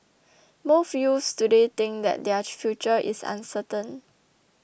most youths today think that their future is uncertain